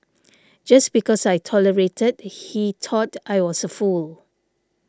just because I tolerated he thought I was a fool